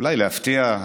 אולי להפתיע,